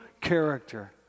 character